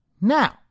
now